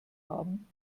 haben